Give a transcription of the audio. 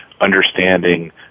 understanding